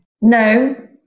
No